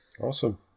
awesome